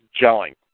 gelling